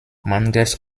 mangels